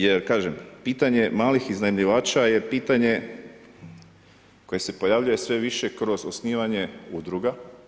Jer kažem, pitanje je malih iznajmljivača je pitanje koje se pojavljuje sve više kroz osnivanje udruga.